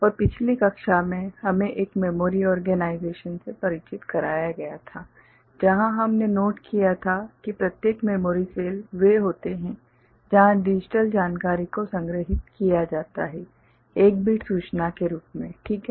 और पिछली कक्षा में हमें एक मेमोरी ओर्गेनाइजेशन से परिचित कराया गया था जहाँ हमने नोट किया था कि प्रत्येक मेमोरी सेल वे होते हैं जहाँ डिजिटल जानकारी को संग्रहीत किया जाता है एक बिट सूचना के रूप में ठीक है